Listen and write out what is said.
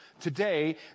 today